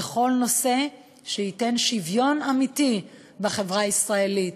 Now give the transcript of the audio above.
בכל נושא שייתן שוויון אמיתי בחברה הישראלית.